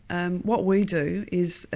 and what we do is,